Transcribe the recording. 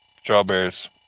Strawberries